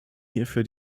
hierfür